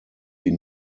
die